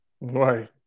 Right